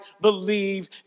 believe